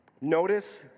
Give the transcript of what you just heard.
Notice